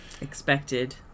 Expected